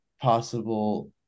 possible